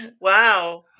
Wow